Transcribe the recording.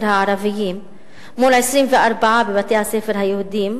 הערביים מול 24 בבתי-הספר היהודיים,